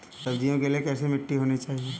सब्जियों के लिए कैसी मिट्टी होनी चाहिए?